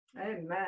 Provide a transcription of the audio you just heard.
amen